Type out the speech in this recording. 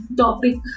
topic